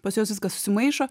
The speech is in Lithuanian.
pas juos viskas susimaišo